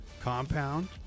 compound